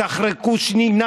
תחרקו שיניים,